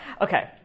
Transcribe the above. Okay